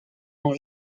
sont